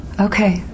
Okay